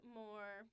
more